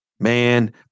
Man